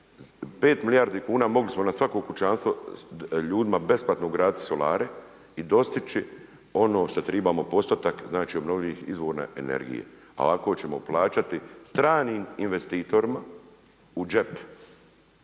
milijardi kuna mogli smo na svako kućanstvo ljudima besplatno ugraditi solare i dostići ono što tribamo postotak obnovljivih izvora energije. A ovako ćemo plaćati stranim investitorima u džep